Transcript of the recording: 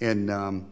and